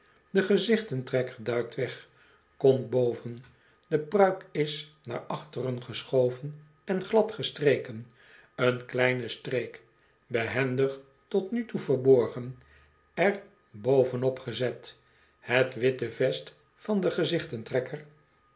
de gezichten trekker duikt weg komt boven de pruik is naar achteren geschoven en gladgestreken een kleine streek behendig tot nu toe verborgen er bovenup gezet het witte vest van den